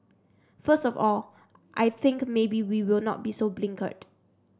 first of all I think maybe we will not be so blinkered